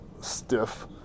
stiff